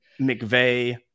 McVeigh